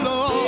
Lord